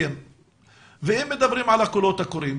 אם מדברים על הקולות הקוראים,